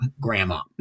grandma